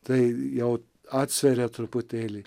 tai jau atsveria truputėlį